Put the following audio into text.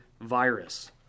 virus